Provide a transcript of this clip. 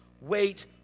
wait